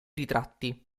ritratti